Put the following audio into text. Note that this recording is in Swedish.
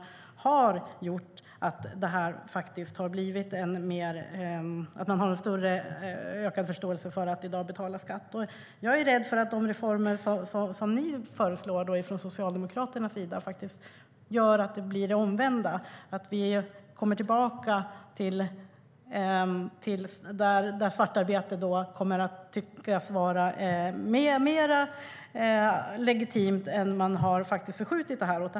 Det har gjort att det finns en större förståelse i dag att betala skatt. Jag är rädd för att de reformer som ni socialdemokrater föreslår gör att det blir det omvända, att vi kommer tillbaka till att svartarbete anses vara mer legitimt, att inställningen förskjuts.